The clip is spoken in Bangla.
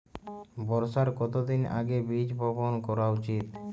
বর্ষার কতদিন আগে বীজ বপন করা উচিৎ?